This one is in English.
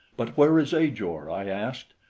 but where is ajor? i asked,